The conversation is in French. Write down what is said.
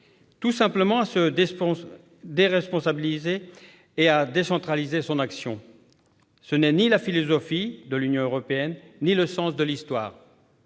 Tout simplement à se déresponsabiliser et à décentraliser son action. Ce n'est pourtant ni la philosophie de l'Union européenne ni le sens de l'histoire.